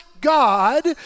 God